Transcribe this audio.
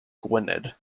gwynedd